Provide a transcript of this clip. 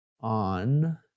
On